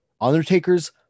undertakers